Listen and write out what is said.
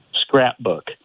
scrapbook